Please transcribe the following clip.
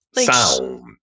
Sound